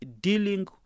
dealing